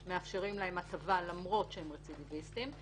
אנחנו מאפשרים להם הטבה למרות שהם רצידיביסטים,